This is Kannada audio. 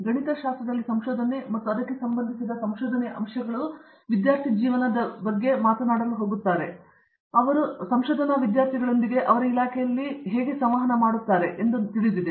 ಗಣಿತಶಾಸ್ತ್ರದಲ್ಲಿ ಸಂಶೋಧನೆ ಮತ್ತು ನಿಮ್ಮೊಂದಿಗೆ ಸಂಬಂಧಿಸಿದ ಸಂಶೋಧನೆಯ ಅಂಶಗಳು ವಿದ್ಯಾರ್ಥಿ ಜೀವನವನ್ನು ತಿಳಿದಿರುತ್ತದೆ ಮತ್ತು ಸಂಶೋಧನೆ ವಿದ್ಯಾರ್ಥಿಗಳೊಂದಿಗೆ ಹೇಗೆ ಅವರ ಇಲಾಖೆ ಮತ್ತು ಇನ್ನಿತರರು ಸಂವಹನ ಮಾಡುತ್ತಾರೆ ಎಂದು ತಿಳಿದಿದೆ